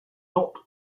not